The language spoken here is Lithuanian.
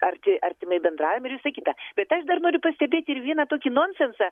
arti artimai bendraujam ir visa kita bet aš dar noriu pastebėti ir vieną tokį nonsensą